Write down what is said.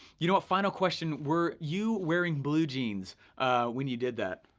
you know what, final question, were you wearing blue jeans when you did that?